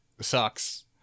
sucks